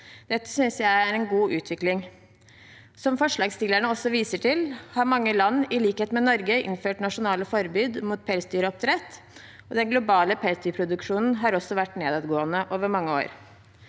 Dette synes jeg er en god utvikling. Som forslagsstillerne viser til, har mange land – i likhet med Norge – innført nasjonale forbud mot pelsdyroppdrett, og den globale pelsdyrproduksjonen har også vært nedadgående over mange år.